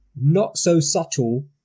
not-so-subtle